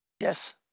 Yes